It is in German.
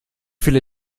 viele